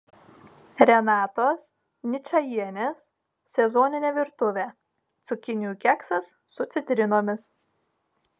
renatos ničajienės sezoninė virtuvė cukinijų keksas su citrinomis